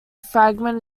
fragment